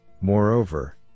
moreover